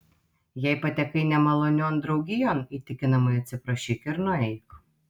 jei patekai nemalonion draugijon įtikinamai atsiprašyk ir nueik